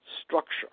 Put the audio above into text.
structure